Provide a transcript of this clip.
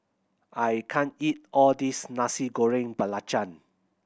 I can't eat all this Nasi Goreng Belacan